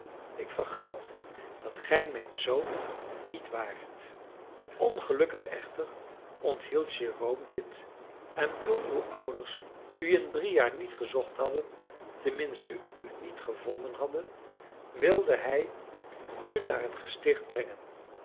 ik vergat dat gij mijn zoon niet waart ongelukkig echter onthield jérôme dit en toen uw ouders u in drie jaar niet gezocht hadden tenminste u niet gevonden hadden wilde hij u naar het gesticht brengen